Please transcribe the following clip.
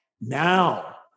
Now